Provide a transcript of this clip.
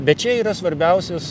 bet čia yra svarbiausias